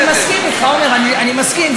אני מסכים אתך, עמר, אני מסכים.